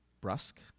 Brusque